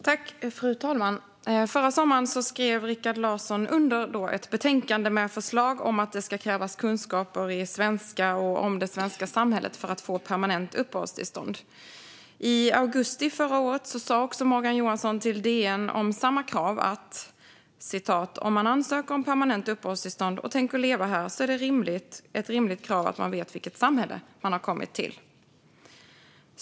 Fru talman! Förra sommaren skrev Rikard Larsson under ett betänkande med förslag om att det skulle krävas kunskaper i svenska och om det svenska samhället för att få permanent uppehållstillstånd. I augusti förra året sa också Morgan Johansson till DN om samma krav: "Om man ansöker om permanent uppehållstillstånd och tänker leva här så är det ett rimligt krav att man vet vilket samhälle man kommit till."